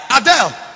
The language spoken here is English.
Adele